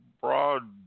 broad